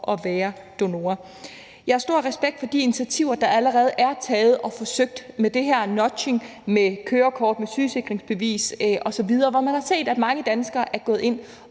at være donorer. Jeg har stor respekt for de initiativer, der allerede er taget og forsøgt – det her med nudging, med kørekort, med sygesikringsbevis osv., hvor man har set, at mange danskere er gået ind